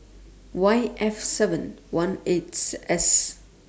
Y F seven one eights S